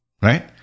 right